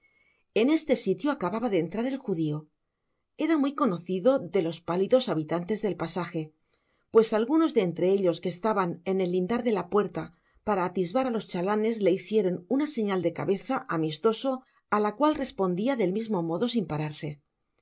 en este sitio acababa de entrar el judio era muy conocido de los pálidos habitantes del pasaje pues algunos de entre ellos que estaban en el lindar de la puerta para atisbar á los chalanes le hicieron una señal de cabeza amistoso á la cual respondia dej mismo modo sin pararse